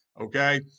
Okay